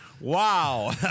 Wow